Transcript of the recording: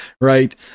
right